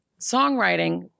songwriting